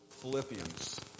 Philippians